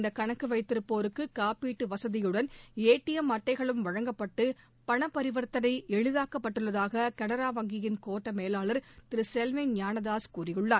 இந்த கணக்கு வைத்திருப்போருக்கு காப்பீட்டு வசதியுடன் ஏடிஎம் அட்டைகளும் வழங்கப்பட்டு பணபரிவர்த்தனை எளிதாக்கப்பட்டுள்ளதாக கனரா வங்கியின் கோட்ட மேலாளர் திரு செல்வின் ஞானதாஸ் கூறியுள்ளார்